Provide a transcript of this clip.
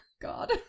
God